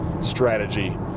strategy